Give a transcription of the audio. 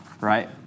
right